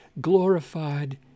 glorified